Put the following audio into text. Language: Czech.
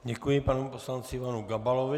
Děkuji panu poslanci Ivanu Gabalovi.